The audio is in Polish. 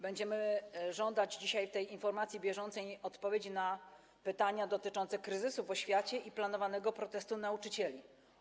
Będziemy żądać dzisiaj w tej informacji bieżącej odpowiedzi na pytania dotyczące kryzysu w oświacie i planowanego protestu nauczycieli.